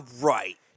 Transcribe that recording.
right